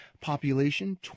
population